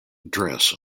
dress